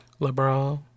LeBron